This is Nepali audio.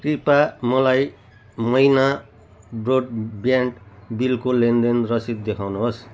कृपया मलाई महिना ब्रोडब्यान्ड बिलको लेनदेन रसिद देखाउनुहोस्